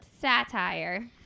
satire